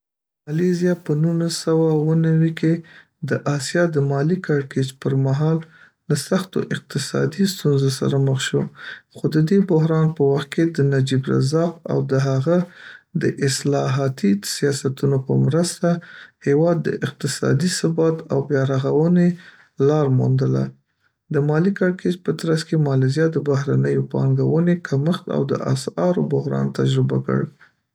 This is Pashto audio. مالیزیا په نولس سوه اوه نوی کې د آسیا د مالي کړکیچ پر مهال له سختو اقتصادي ستونزو سره مخ شو، خو د دې بحران په وخت کې د نجيب رزاق او د هغه د اصلاحاتي سیاستونو په مرسته هېواد د اقتصادي ثبات او بیا رغونې لار موندله. د مالي کړکیچ په ترڅ کې، مالیزیا د بهرنیو پانګوونې کمښت او د اسعارو بحران تجربه کړ.